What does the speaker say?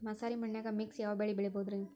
ಮಸಾರಿ ಮಣ್ಣನ್ಯಾಗ ಮಿಕ್ಸ್ ಯಾವ ಬೆಳಿ ಬೆಳಿಬೊದ್ರೇ?